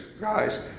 Guys